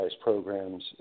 programs